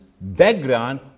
background